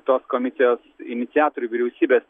tos komisijos iniciatorių vyriausybės